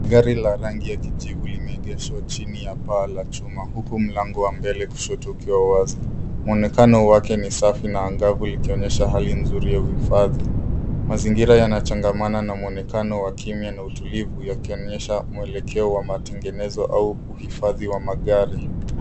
Gari la rangi ya kijivu limeegeshwa chini ya paa la chuma huku mlango wa mbele kushota ukiwa wazi, muonekana wake ni safi na angavu likionyesha hali nzuri ya uhifadhi, mazingira yana changamana na muonekana wa kimya na utulivu yakionyesha mwelekeo wa matengenezo au uhifadhi wa magari.